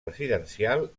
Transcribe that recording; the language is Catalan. residencial